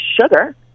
sugar